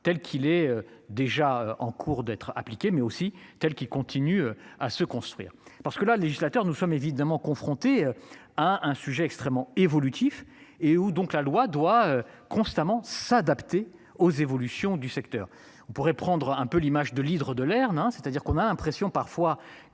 telle qu'il est déjà en cours d'être appliquées mais aussi tels qu'il continue à se construire. Parce que là, le législateur nous sommes évidemment confronté à un sujet extrêmement évolutif et où donc la loi doit constamment s'adapter aux évolutions du secteur. On pourrait prendre un peu l'image de l'hydre de Lerne hein. C'est-à-dire qu'on a l'impression parfois